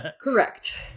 correct